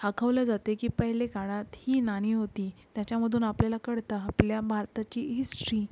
दाखवलं जाते की पहिले काळात ही नाणी होती त्याच्यामधून आपल्याला कळतं आपल्या भारताची इहिस्ट्री